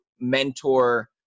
mentor